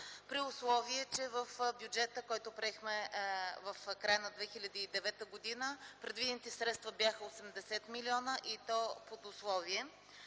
при условие, че в бюджета, който приехме в края на 2009 г., предвидените средства бяха 80 млн. и то под условие.